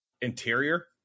interior